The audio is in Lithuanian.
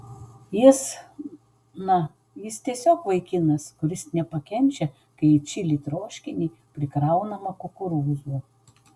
jis na jis tiesiog vaikinas kuris nepakenčia kai į čili troškinį prikraunama kukurūzų